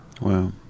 Wow